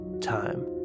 time